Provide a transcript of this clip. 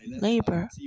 labor